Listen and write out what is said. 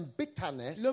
bitterness